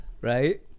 Right